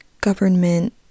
government